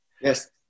yes